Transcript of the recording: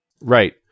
Right